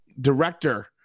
director